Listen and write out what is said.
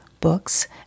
books